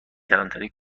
کلانتری